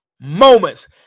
moments